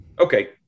Okay